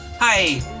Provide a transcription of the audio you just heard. Hi